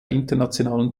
internationalen